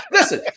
Listen